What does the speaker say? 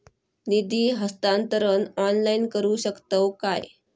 निधी हस्तांतरण ऑनलाइन करू शकतव काय?